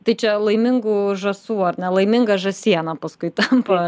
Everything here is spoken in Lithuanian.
tai čia laimingų žąsų ar ne laiminga žąsiena paskui tampa